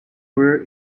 mirror